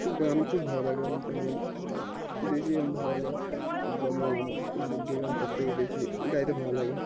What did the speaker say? গান খুব ভালো লাগে আমার যেমন বেশি আমার ভালো লাগে যেমন হিন্দি গান সবথেকে বেশি গাইতে ভালো লাগে